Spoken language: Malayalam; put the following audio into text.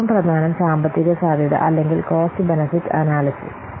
ഏറ്റവും പ്രധാനം സാമ്പത്തിക സാധ്യത അല്ലെങ്കിൽ കോസ്റ്റ് ബെനെഫിറ്റ് അനാല്യ്സിസ്